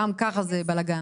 גם ככה זה בלגן